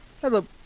Hello